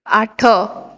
ଆଠ